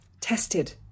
Tested